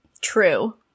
true